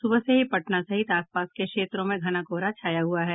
सुबह से ही पटना सहित आप पास के क्षेत्रों में घना कोहरा छाया हुआ है